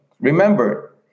Remember